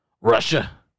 Russia